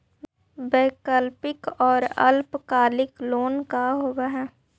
वैकल्पिक और अल्पकालिक लोन का होव हइ?